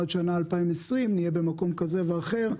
ועד שנת 2020 נהיה במקום כזה ואחר.